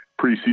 preseason